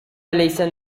ләйсән